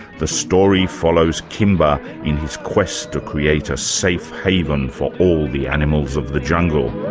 the story follows kimba in his quest to create a safe haven for all the animals of the jungle.